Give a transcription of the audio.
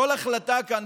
כל החלטה כאן,